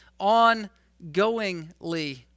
ongoingly